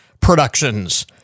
productions